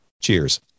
Cheers